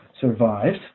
survived